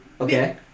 Okay